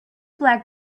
black